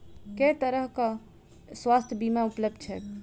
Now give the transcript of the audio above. केँ तरहक स्वास्थ्य बीमा उपलब्ध छैक?